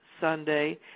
Sunday